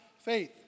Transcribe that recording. faith